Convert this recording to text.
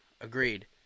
Agreed